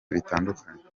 bitandukanye